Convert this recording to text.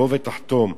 בוא ותחתום.